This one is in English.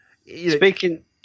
speaking